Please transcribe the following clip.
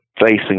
facing